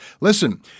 Listen